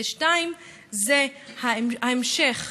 ושנית, זה ההמשך: